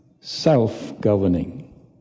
self-governing